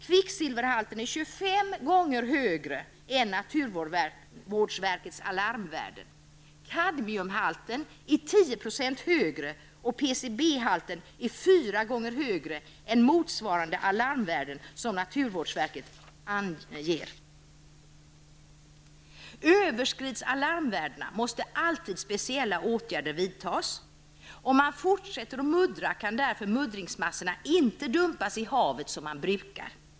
Kvicksilverhalten är 25 gånger högre än naturvårdsverkets alarmvärden, kadmiumhalten är 10 % högre, och PCB-halten fyra gånger högre än motsvarande alarmvärden som naturvårdsverket anger. Om alarmvärderna överskrids måste speciella åtgärder alltid vidtas. Om man fortsätter att muddra kan muddringsmassorna därför inte dumpas i havet som man brukar göra.